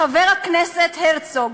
חבר הכנסת הרצוג,